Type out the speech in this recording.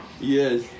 Yes